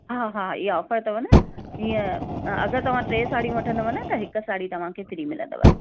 हा हा इहा ऑफ़र अथव न इहा अगरि तव्हां टे साड़ियूं वठंदव न त हिकु साड़ी तव्हांखे फ़्री मिलंदव